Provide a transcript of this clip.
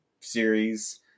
series